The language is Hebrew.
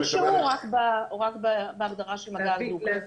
כל שינוי או רק בהגדרה של מגע הדוק?